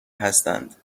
هستند